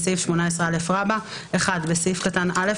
בסעיף 18א (1) בסעיף קטן (א),